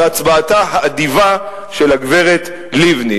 בהצבעתה האדיבה של הגברת לבני.